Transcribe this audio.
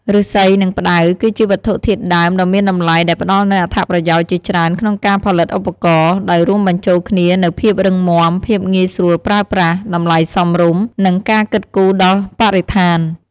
ឫស្សី និងផ្តៅ គឺជាវត្ថុធាតុដើមដ៏មានតម្លៃដែលផ្តល់នូវអត្ថប្រយោជន៍ជាច្រើនក្នុងការផលិតឧបករណ៍ ដោយរួមបញ្ចូលគ្នានូវភាពរឹងមាំ ភាពងាយស្រួលប្រើប្រាស់ តម្លៃសមរម្យ និងការគិតគូរដល់បរិស្ថាន។